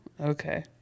Okay